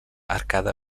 arcada